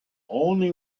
only